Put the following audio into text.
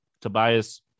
tobias